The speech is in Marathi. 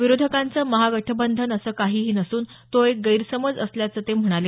विरोधकांचं महागठबंधन असं काहीही नसून तो एक गैरसमज असल्याचं ते म्हणाले